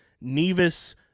Nevis